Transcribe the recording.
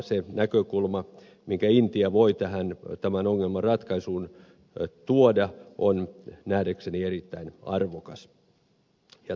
se näkökulma minkä intia voi tämän ongelman ratkaisuun tuoda on nähdäkseni erittäin arvokas ja tarpeellinen